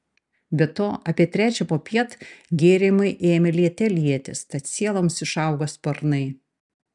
be to apie trečią popiet gėrimai ėmė liete lietis tad sieloms išaugo sparnai